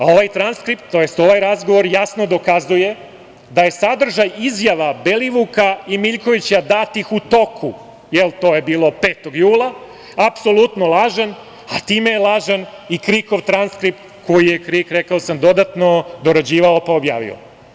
Ovaj transkript, to jest ovaj razgovor jasno dokazuje da je sadržaj izjava Belivuka i Miljkovića datih u toku, dakle, to je bilo 5. jula, apsolutan lažan, a time je lažan i KRIK-ov transkript koji je KRIK, rekao sam, dodatno dorađivao, pa objavio.